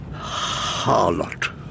Harlot